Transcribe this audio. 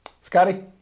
Scotty